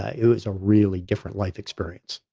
ah it was a really different life experience.